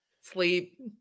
sleep